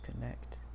connect